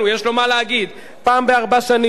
יש לו מה להגיד פעם בארבע שנים,